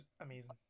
amazing